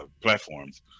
platforms